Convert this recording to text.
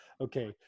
okay